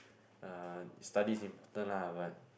uh study is important lah but